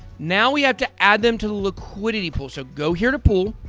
now, we have to add them to the liquidity pool. so go here to pool,